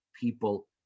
people